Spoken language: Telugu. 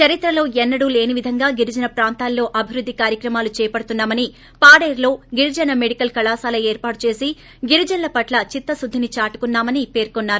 చరిత్రలో ఎన్న డూ లేని విధంగా గిరిజన ప్రాంతాల్లో అభివృద్ధి కార్యక్రమాలు చేపడుతున్నా మని పొడేరులో గిరిజన మెడికల్ కళాశాల ఏర్పాటు చేసి గిరిజనుల పట్ల చిత్తశుద్దిని చాటు కున్నా మని పేర్కొన్నారు